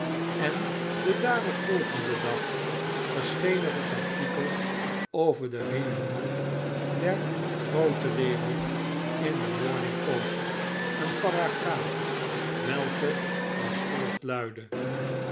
en den daarop volgenden dag verscheen er in het artikel over de reunions der groote wereld in de morning post een paragraaf welke als volgt luidde